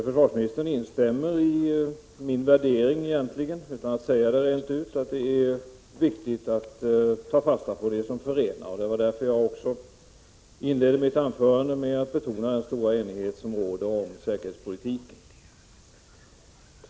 Försvarsministern instämde egentligen — utan att säga det rent ut — i min värdering, att det är viktigt att ta fasta på det som förenar. Det var också därför som jag inledde mitt anförande med att betona den stora enigheten om säkerhetspolitiken.